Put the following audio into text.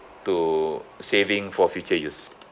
to saving for future use